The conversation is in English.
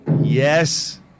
Yes